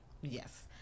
Yes